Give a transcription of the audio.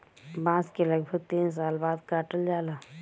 बांस के लगभग तीन साल बाद काटल जाला